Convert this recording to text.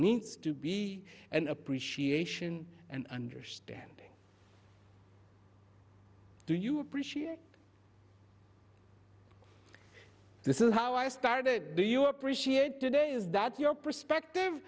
needs to be an appreciation and understanding do you appreciate this is how i started do you appreciate today is that your perspective